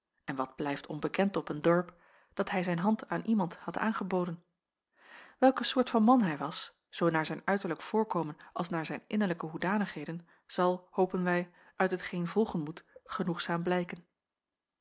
en wat blijft onbekend op een dorp dat hij zijn hand aan iemand had aangeboden welke soort van man hij was zoo naar zijn uiterlijk voorkomen als naar zijn innerlijke hoedanigheden zal hopen wij uit hetgeen volgen moet genoegzaam blijken